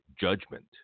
judgment